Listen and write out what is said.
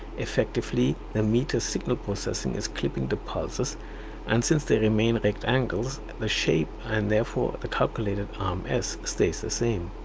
effectively the meter's signal processing is clipping the pulses and since they remain rectangles the shape and therefore the calculated um rms stays the same.